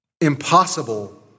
impossible